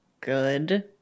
good